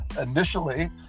initially